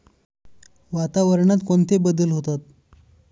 वातावरणात कोणते बदल होतात?